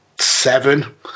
seven